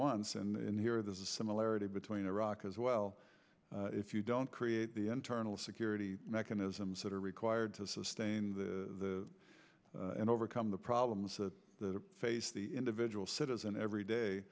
wants and here there's a similarity between iraq as well if you don't create the internal security mechanisms that are required to sustain the and overcome the problems that face the individual citizen every day